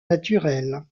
naturelle